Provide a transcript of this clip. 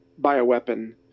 bioweapon